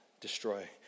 destroy